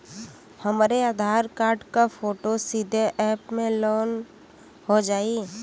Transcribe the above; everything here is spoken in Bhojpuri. हमरे आधार कार्ड क फोटो सीधे यैप में लोनहो जाई?